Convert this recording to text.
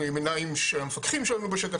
אנחנו עם עיניים של המפקחים שלנו בשטח,